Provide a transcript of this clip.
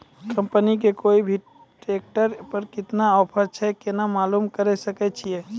Company के कोय भी ट्रेक्टर पर केतना ऑफर छै केना मालूम करऽ सके छियै?